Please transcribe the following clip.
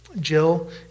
Jill